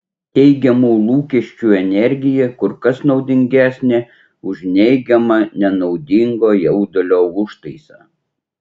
teigiamų lūkesčių energija kur kas naudingesnė už neigiamą nenaudingo jaudulio užtaisą